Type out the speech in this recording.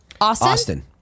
Austin